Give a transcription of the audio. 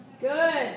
Good